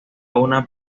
una